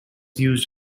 used